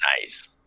Nice